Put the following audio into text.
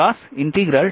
সুতরাং q